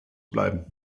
bleiben